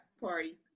party